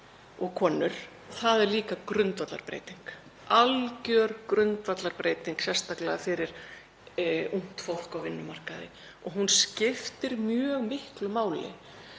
og konur. Það er líka grundvallarbreyting, algjör grundvallarbreyting, sérstaklega fyrir ungt fólk á vinnumarkaði og hún skiptir mjög miklu máli.